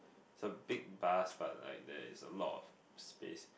it's a big bus but like there is a lot of space